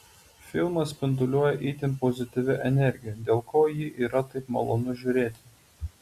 filmas spinduliuoja itin pozityvia energija dėl ko jį yra taip malonu žiūrėti